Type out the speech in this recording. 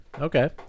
Okay